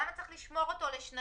למה צריך לשמור אותו לשנתיים?